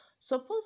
Suppose